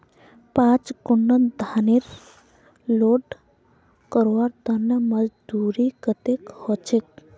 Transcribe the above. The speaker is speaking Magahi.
पाँच कुंटल धानेर लोड करवार मजदूरी कतेक होचए?